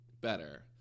better